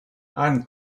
and